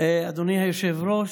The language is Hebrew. אדוני היושב-ראש,